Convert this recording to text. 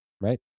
right